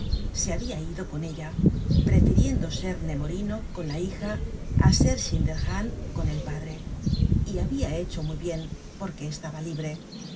se habia ido con ella prefiriendo ser nemorino con la hija á ser schinderhannes con el padre y habia hecho muy bien porque estaba libre